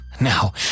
now